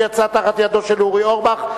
שיצאה תחת ידו של אורי אורבך,